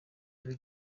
ari